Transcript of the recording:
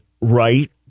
right